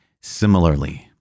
Similarly